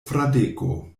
fradeko